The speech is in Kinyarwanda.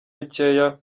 bikeya